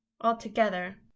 altogether